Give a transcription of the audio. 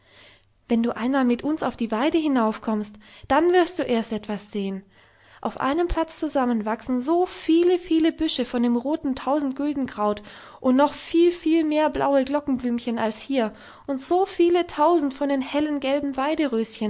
wenn du einmal mit uns auf die weide hinaufkommst dann wirst du erst etwas sehen auf einem platz zusammen so viele viele büsche von dem roten tausendgüldenkraut und noch viel viel mehr blaue glockenblümchen als hier und so viele tausend von den hellen gelben